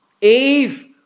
Eve